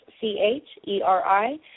C-H-E-R-I